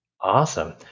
Awesome